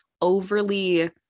overly